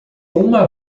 uma